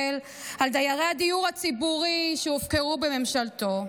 על דיירי הדיור הציבורי שהופקרו בממשלתו.